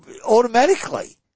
automatically